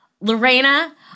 Lorena